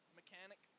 mechanic